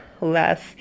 less